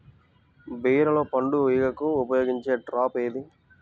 బీరలో పండు ఈగకు ఉపయోగించే ట్రాప్ ఏది?